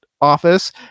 office